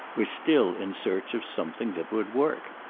was still in search of something that would work.